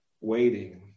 waiting